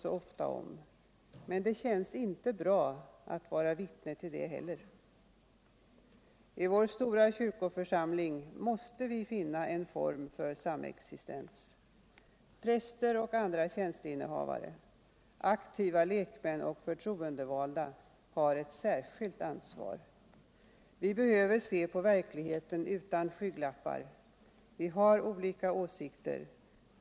så ofta om det, men det känns inte bra att vara vittne till det heller. I vår stora kyrkoförsamling måste vi finna en form för samexistens. Präster och andra tjänsteinnehavare, aktiva lekmän och förtroendevalda har ett särskilt ansvar. Vi behöver se på verkligheten utan skygglappar. Vi har olika åsikter.